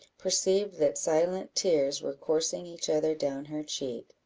perceived that silent tears were coursing each other down her cheek.